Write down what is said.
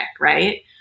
right